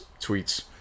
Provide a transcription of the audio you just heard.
tweets